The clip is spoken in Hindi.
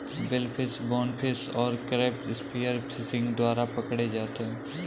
बिलफिश, बोनफिश और क्रैब स्पीयर फिशिंग द्वारा पकड़े जाते हैं